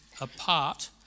apart